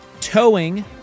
Towing